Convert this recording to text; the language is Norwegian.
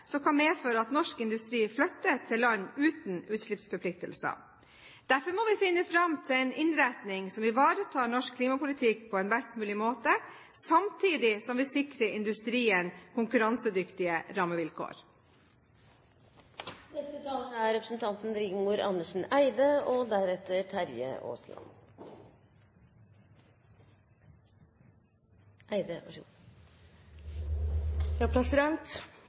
som kan medføre at norsk industri flytter til land uten utslippsforpliktelser. Derfor må vi finne fram til en innretning som ivaretar norsk klimapolitikk på en best mulig måte, samtidig som vi sikrer industrien konkurransedyktige rammevilkår. Interpellanten slår fast at regjeringens industrikraftregime er